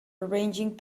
arranging